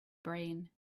brain